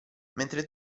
mentre